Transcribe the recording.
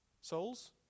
Souls